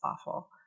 awful